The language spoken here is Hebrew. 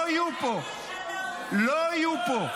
לא יהיו פה.